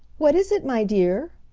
what is it, my dear?